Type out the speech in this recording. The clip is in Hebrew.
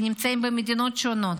שנמצאים במדינות שונות.